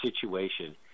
situation